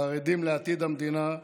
חרדים לעתיד המדינה,